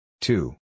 Two